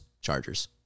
Chargers